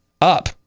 Up